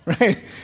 right